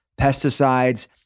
pesticides